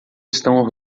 estão